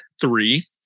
three